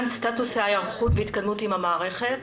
סטטוס ההיערכות והתקדמות עם המערכת.